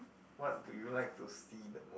what do you like to see the most